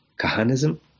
Kahanism